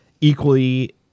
equally